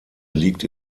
liegt